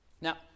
Now